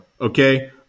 Okay